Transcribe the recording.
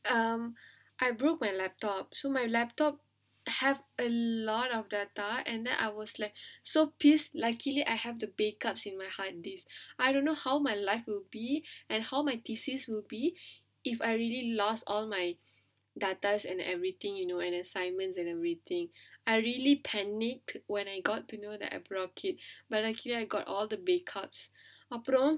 um I broke my laptop so my laptop have a lot of data and then I was like so piss luckily I have a back up in my hardisk I don't know how my life would be and how my thesis will be if I already lost all my data and everything you know and assignments and everything I really panicked when I got to know that I broke it but luckily I got all the back up அப்புறம்:appuram